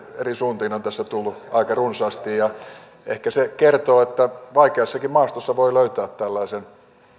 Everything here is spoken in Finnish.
eri suuntiin on tässä tullut aika runsaasti ehkä se kertoo siitä että vaikeassakin maastossa voi löytää tällaisen